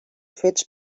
fets